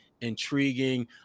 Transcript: intriguing